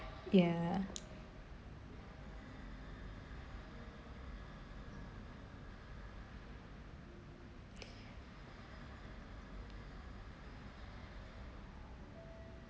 ya